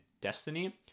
destiny